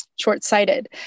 short-sighted